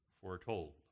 foretold